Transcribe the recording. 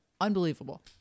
Unbelievable